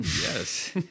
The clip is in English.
Yes